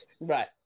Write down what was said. Right